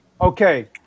Okay